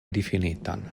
difinitan